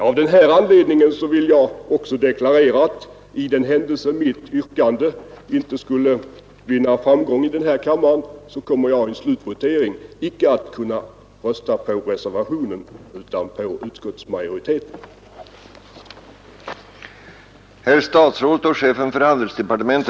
Av denna anledning vill jag också deklarera att i den händelse mitt yrkande inte skulle vinna framgång här i kammaren så kommer jag vid slutvoteringen icke att kunna rösta på reservationen utan kommer att stödja utskottsmajoritetens förslag.